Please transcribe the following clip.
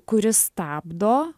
kuris stabdo